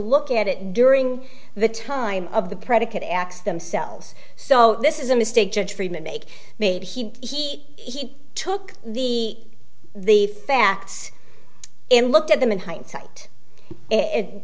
look at it during the time of the predicate acts themselves so this is a mistake judge friedman make made he took the the facts and looked at them in hindsight it